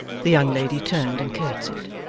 the young lady turned and curtsied.